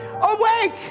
Awake